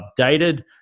updated